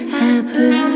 happen